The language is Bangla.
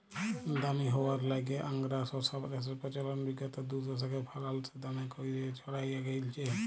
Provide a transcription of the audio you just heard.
দামি হউয়ার ল্যাইগে আংগারা শশা চাষের পচলল বিগত দুদশকে ফারাল্সে দমে ক্যইরে ছইড়ায় গেঁইলছে